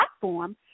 platform